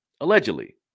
allegedly